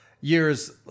years